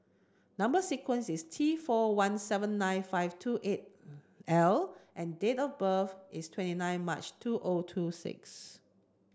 number sequence is T four one seven nine five two eight L and date of birth is twenty nine March two O two six